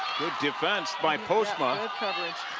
good defense by postma